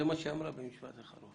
זה מה שהיא אמרה במשפט האחרון.